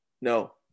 No